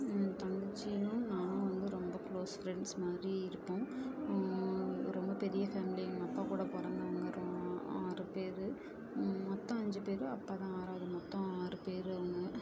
என் தங்கச்சியும் நானும் வந்து ரொம்ப க்ளோஸ் ஃப்ரெண்ட்ஸ் மாதிரி இருப்போம் ரொம்ப பெரிய ஃபேமிலி எங்கள் அப்பா கூட பிறந்தவங்க ரோ ஆறு பேர் மொத்தம் அஞ்சு பேர் அப்பா தான் ஆறாவது மொத்தம் ஆறு பேர் அவங்க